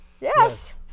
Yes